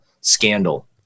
scandal